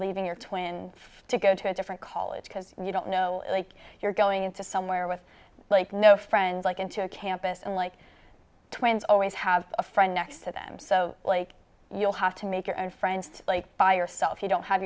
leaving your twin to go to a different college because you don't know like you're going to somewhere with like no friends like into a campus and like twins always have a friend next to them so like you'll have to make your own friends by yourself you don't have